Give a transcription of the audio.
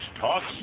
talks